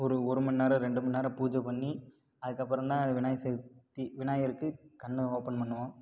ஒரு ஒரு மணி நேரம் ரெண்டு மணி நேரம் பூஜை பண்ணி அதுக்கப்புறம் தான் விநாயகர் சதுர்த்தி விநாயகருக்கு கண் ஓப்பன் பண்ணுவோம்